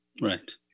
Right